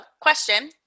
question